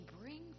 bring